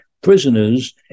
prisoners